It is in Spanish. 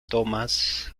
thomas